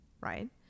right